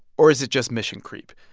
or is it just mission creep?